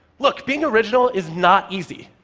look, being original is not easy,